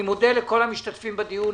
אני מודה לכל המשתתפים בדיון,